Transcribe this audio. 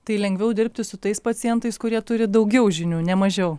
tai lengviau dirbti su tais pacientais kurie turi daugiau žinių ne mažiau